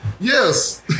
Yes